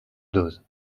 dose